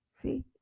see